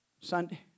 Sunday